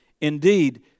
indeed